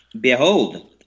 behold